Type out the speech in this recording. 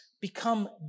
become